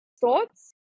thoughts